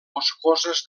boscoses